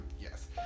yes